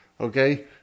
Okay